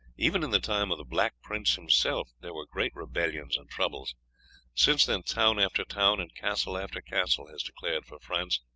even in the time of the black prince himself there were great rebellions and troubles since then town after town and castle after castle has declared for france,